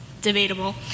debatable